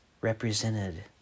represented